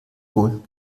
wohl